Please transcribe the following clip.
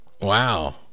Wow